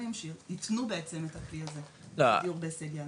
גדולים שיתנו בעצם את ה --- הזה של דיור בהישג יד.